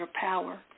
power